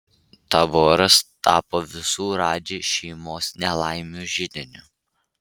taboras tapo visų radži šeimos nelaimių židiniu